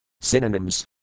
Synonyms